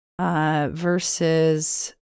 Versus